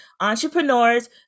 entrepreneurs